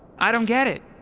i don't get it.